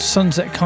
Sunset